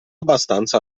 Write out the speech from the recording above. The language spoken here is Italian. abbastanza